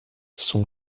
son